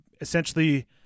Essentially